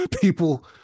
people